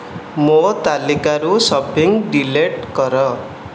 ମୋ ତାଲିକାରୁ shopping delete କର